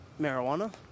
marijuana